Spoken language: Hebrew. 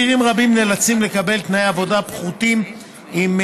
צעירים רבים נאלצים לקבל תנאי עבודה פחותים עם